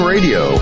Radio